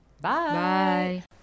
Bye